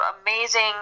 Amazing